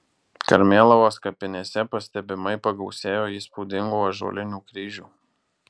karmėlavos kapinėse pastebimai pagausėjo įspūdingų ąžuolinių kryžių